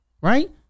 right